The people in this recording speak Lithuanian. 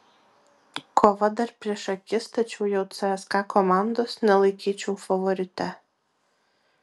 kova dar prieš akis tačiau jau cska komandos nelaikyčiau favorite